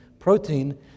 protein